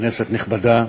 כנסת נכבדה,